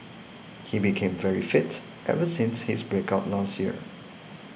he became very fit ever since his break up last year